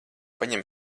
paņem